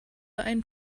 ein